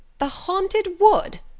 the haunted wood!